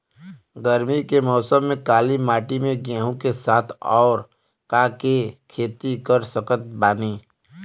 गरमी के मौसम में काली माटी में गेहूँ के साथ और का के खेती कर सकत बानी?